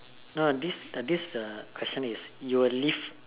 no no this the this the question is you will live